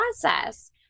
process